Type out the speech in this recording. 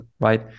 Right